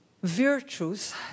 Virtues